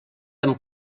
amb